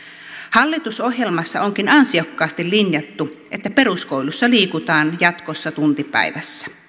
hallitusohjelmassa onkin ansiokkaasti linjattu että peruskouluissa liikutaan jatkossa tunti päivässä